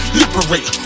liberate